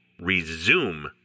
resume